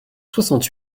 soixante